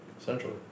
essentially